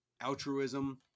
altruism